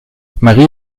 marie